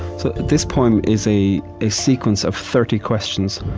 so this poem is a a sequence of thirty questions,